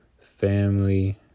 Family